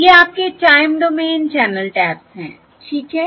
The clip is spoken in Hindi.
ये आपके टाइम डोमेन चैनल टैप्स हैं ठीक है